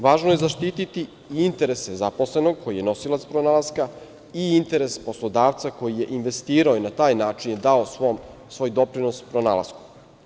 Važno je zaštiti i interese zaposlenog koji je nosilac pronalaska i interes poslodavca koji je investirao i na taj način je dao svoj doprinos pronalasku.